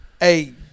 hey